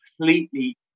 completely